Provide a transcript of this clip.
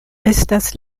estas